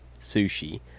sushi